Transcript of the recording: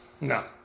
No